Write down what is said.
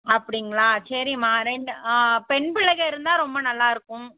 அப்படிங்களா சரிமா ரெண்டு பெண் பிள்ளைக இருந்தால் ரொம்ப நல்லா இருக்கும்